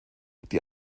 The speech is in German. die